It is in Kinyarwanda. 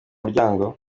muryango